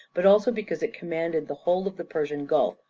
but also because it commanded the whole of the persian gulf,